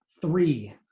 three